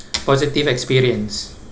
positive experience